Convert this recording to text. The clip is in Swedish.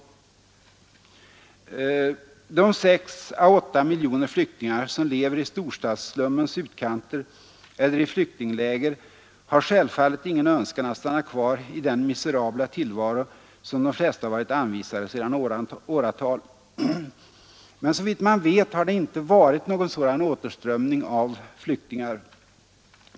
De 6 å 8 miljoner flyktingar som lever i storstadsslummens utkanter eller i flyktingläger har självfallet ingen önskan att stanna kvar i den miserabla tillvaro som de flesta varit anvisade sedan åratal. Men såvitt man vet har det inte varit någon sådan återströmning av flyktingar.